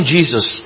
Jesus